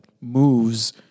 moves